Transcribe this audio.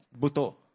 buto